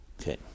Okay